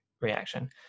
reaction